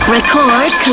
Record